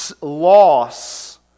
loss